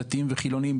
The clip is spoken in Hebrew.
דתיים וחילוניים,